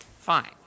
fine